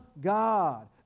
God